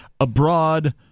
abroad